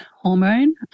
hormone